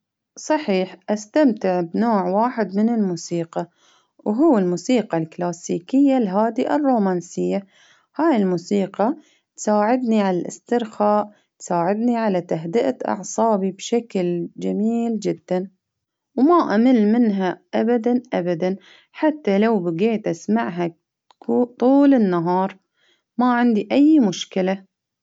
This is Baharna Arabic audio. صحيح أستمتع بنوع واحد من الموسيقى، وهو الموسيقى الكلاسيكية الهادئة الرومانسية، هاي الموسيقى تساعدني على الإسترخاء، تساعدني على تهدئة أعصابي بشكل جميل جدا، وما أمل منها أبدا أبدا حتى لو بقيت أسمعها ط- طول النهار، ما عندي أي مشكلة.